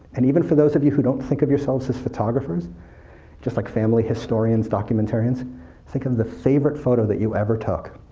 and even for those of you who don't think of yourselves as photographers just like family historians, documentarians think of the favorite photo that you ever took,